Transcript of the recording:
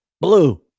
Blue